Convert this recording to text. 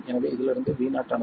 எனவே இதிலிருந்து V0 ஆனது 4